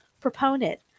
proponent